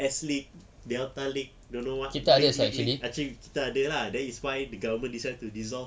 S league delta league don't know what actually kita ada lah that is why the government decide to dissolve